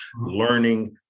learning